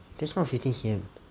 that's not fifteen C_M